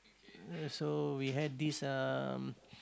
so we had this um